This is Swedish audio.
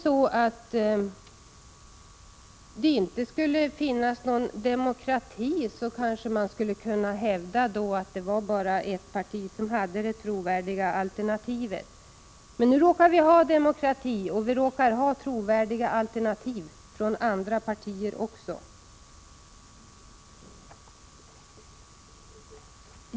Om inte demokrati rådde skulle man kanske kunna hävda att ett enda parti stod för det trovärdiga alternativet, men nu råkar vi ha demokrati, och det framförs trovärdiga alternativ av andra partier.